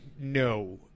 no